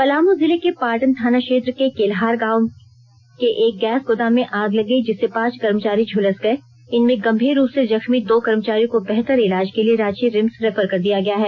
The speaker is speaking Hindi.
पलामू जिले के पाटन थाना क्षेत्र के केल्हार गांव के एक गैस गोदाम में आग लग गयी जिससे पांच कर्मचारी झुलस गए इनमें गंभीर रूप से जख्मी दो कर्मचारियों को बेहतर इलाज के लिए रांची रिम्स रेफर कर दिया गया है